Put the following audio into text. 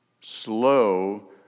slow